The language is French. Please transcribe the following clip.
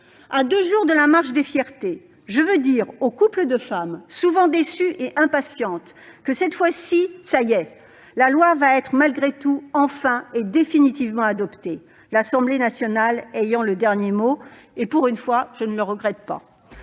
À deux jours de la « Marche des fiertés », je veux dire aux couples de femmes, souvent déçues et impatientes, que cette fois-ci, ça y est, la loi va enfin être définitivement adoptée : l'Assemblée nationale aura le dernier mot, et, pour une fois, je ne le regrette pas